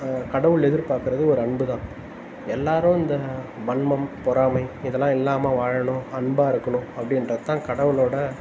கடவுள் எதிர்பார்க்குறது ஒரு அன்பு தான் எல்லாரும் இந்த வன்மம் பொறாமை இதெல்லாம் இல்லாமல் வாழனும் அன்பாக இருக்கணும் அப்படின்றது தான் கடவுளோட